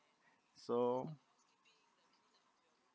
so